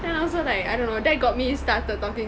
then also like I don't know that got me started talking